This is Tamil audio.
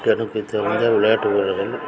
எனக்கு தெரிந்த விளையாட்டு வீரர்கள்